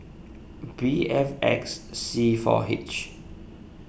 B F X C four H